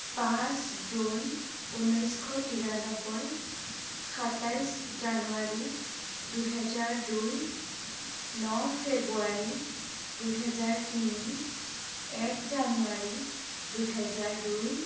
পাঁচ জুন উনৈছশ তিৰান্নব্বৈ সাতাইছ জানুৱাৰী দুহেজাৰ দুই ন ফেব্ৰুৱাৰী দুহেজাৰ তিনি এক জানুৱাৰী দুহেজাৰ দুই